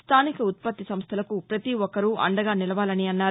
స్థానిక ఉత్పత్తిసంస్థలకు ప్రతిఒక్కరూ అండగా నిలవాలన్నారు